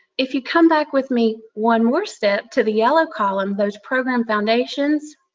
if you come back with me one more step, to the yellow column, there's program foundations.